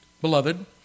Beloved